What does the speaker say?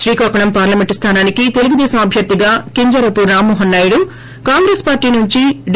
Srikakulam parliament స్తానానికి తెలుగుదేశం అభ్వర్షిగా Kinjarapu Rammohan Naidu Congress party నుంచి డి